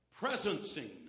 presencing